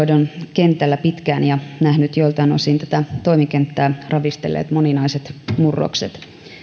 kentällä pitkään ja nähnyt joiltain osin tätä toimikenttää ravistelleet moninaiset murrokset aika